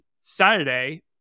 Saturday